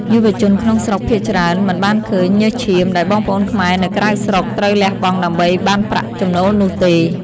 យុវជនក្នុងស្រុកភាគច្រើនមិនបានឃើញ "ញើសឈាម" ដែលបងប្អូនខ្មែរនៅក្រៅស្រុកត្រូវលះបង់ដើម្បីបានប្រាក់ចំណូលនោះទេ។